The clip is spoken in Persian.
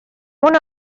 اون